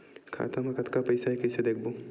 खाता मा कतका पईसा हे कइसे देखबो?